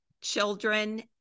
children